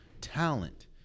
talent